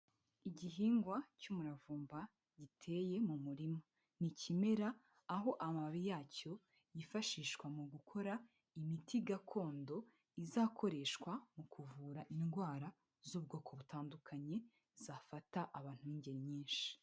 Igihingwa cy'umuravumba giteye mu murima ni ikimera aho amababi yacyo yifashishwa mu gukora imiti gakondo, izakoreshwa mu kuvura indwara z'ubwoko butandukanye zafata abantu b'ingeri nyinshi.